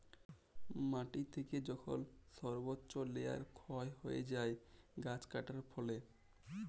মাটি থেকে যখল সর্বচ্চ লেয়ার ক্ষয় হ্যয়ে যায় গাছ কাটার ফলে